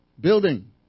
building